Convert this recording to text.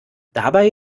dabei